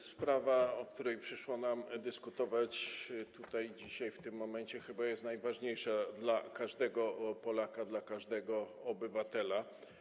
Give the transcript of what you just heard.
Sprawa, o której przyszło nam dyskutować dzisiaj w tym momencie, chyba jest najważniejsza dla każdego Polaka, dla każdego obywatela.